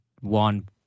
one